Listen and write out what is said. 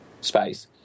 space